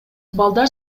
балдар